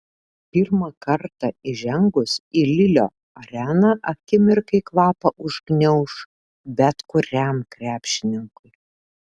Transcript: pirmą kartą įžengus į lilio areną akimirkai kvapą užgniauš bet kuriam krepšininkui